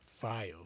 File